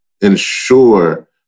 ensure